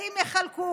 האם יחלקו,